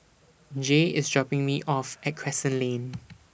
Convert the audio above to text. Jay IS dropping Me off At Crescent Lane